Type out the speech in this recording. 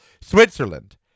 Switzerland